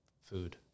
food